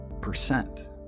percent